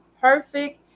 perfect